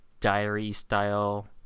diary-style